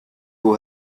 who